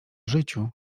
życiu